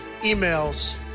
emails